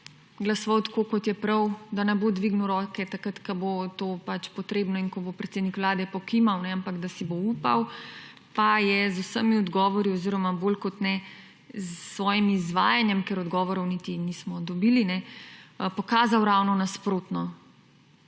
ne, da bo glasoval, da ne bo dvignil rok, takrat ko bo to pač potrebno in ko bo predsednik vlade pokimal, ne, ampak da si bo upal, pa je z vsemi odgovori oziroma bolj kot ne s svojim izvajanjem, ker odgovorov niti nismo dobili, ne, pokazal ravno nasprotno.